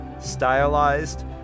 stylized